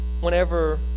whenever